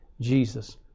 Jesus